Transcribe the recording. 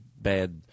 bad